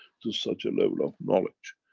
to such a level of knowledge,